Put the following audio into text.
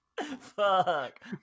fuck